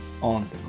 on